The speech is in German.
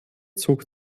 zog